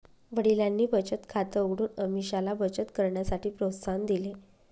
वडिलांनी बचत खात उघडून अमीषाला बचत करण्यासाठी प्रोत्साहन दिले